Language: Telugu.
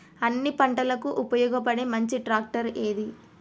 అన్ని పంటలకు ఉపయోగపడే మంచి ట్రాక్టర్ ఏది?